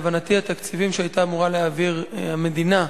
להבנתי, התקציבים שהיתה אמורה להעביר המדינה,